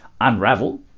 unravel